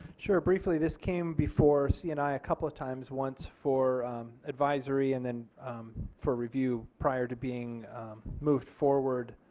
sure briefly this came before c and i a couple of times once for advisory and then for review prior to being moved forward